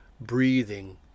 breathing